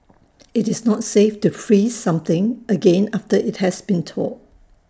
IT is not safe to freeze something again after IT has been thawed